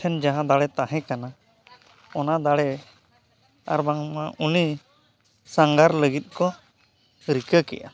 ᱴᱷᱮᱱ ᱡᱟᱦᱟᱸ ᱫᱟᱲᱮ ᱛᱟᱦᱮᱸ ᱠᱟᱱᱟ ᱚᱱᱟ ᱫᱟᱲᱮ ᱟᱨ ᱵᱟᱝᱢᱟ ᱩᱱᱤ ᱥᱟᱸᱜᱷᱟᱨ ᱞᱟᱹᱜᱤᱫ ᱠᱚ ᱨᱤᱠᱟᱹ ᱠᱮᱜᱼᱟ